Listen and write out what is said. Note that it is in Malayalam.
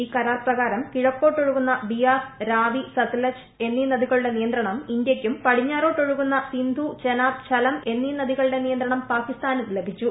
ഈ കരാർ പ്രകാരം കിഴക്കോട്ടൊഴുകുന്ന ബിയാസ് രാവി സത്ലജ് എന്നീ നദികളുടെ നിയന്ത്രണം ഇന്ത്യക്കും പടിഞ്ഞാറോട്ടൊഴുകുന്ന സിന്ധു ചെനാബ് ് ത്സലം എന്നീ നദികളുടെ നിയന്ത്രണം പാകിസ്ഥാനും ലഭിച്ചു